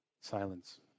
Silence